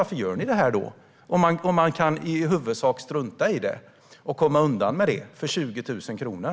Varför gör ni det här om man i huvudsak kan strunta i det och komma undan för 20 000 kronor?